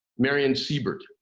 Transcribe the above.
marion siebert.